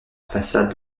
façade